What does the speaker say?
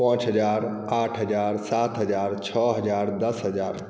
पाँच हजार आठ हजार सात हजार छओ हजार दस हजार